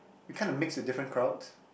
we kinda mix with different crowds